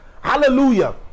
Hallelujah